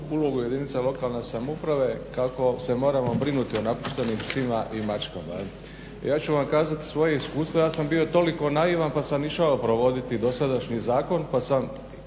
ulogu jedinica lokalne samouprave kako se moramo brinuti o napuštenim psima i mačkama, jel? Ja ću vam kazati svoje iskustvo, ja sam bio toliko naivan pa sam išao provoditi dosadašnji zakon pa sam